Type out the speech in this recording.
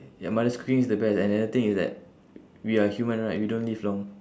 ya mother's cooking is the best and another thing is that we are human right we don't live long